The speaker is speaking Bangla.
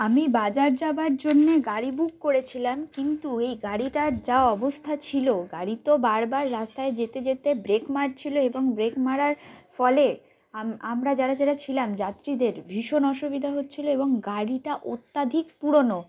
আমি বাজার যাবার জন্যে গাড়ি বুক করেছিলাম কিন্তু এই গাড়িটার যা অবস্থা ছিলো গাড়ি তো বারবার রাস্তায় যেতে যেতে ব্রেক মারছিলো এবং ব্রেক মারার ফলে আমরা যারা যারা ছিলাম যাত্রীদের ভীষণ অসুবিধা হচ্ছিলো এবং গাড়িটা অত্যাধিক পুরোনো